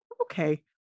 Okay